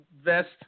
vest